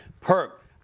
Perk